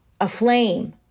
aflame